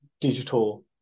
digital